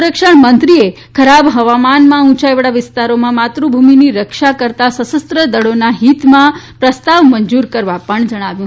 સંરક્ષણ મંત્રીએ ખરાબ હવામાનમાં ઉંચાઇવાળા વિસ્તારોમાં માતૃભૂમિ રક્ષા કરતા સશસ્ત્ર દળોના હિતમાં પ્રસ્તાવ મંજુર કરવા પણ જણાવ્યું